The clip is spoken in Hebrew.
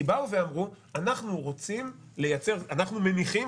כי באו ואמרו: אנחנו מניחים,